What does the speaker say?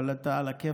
אבל אתה עלא כיפאק.